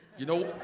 you know,